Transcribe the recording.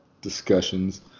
discussions